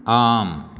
आम्